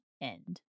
end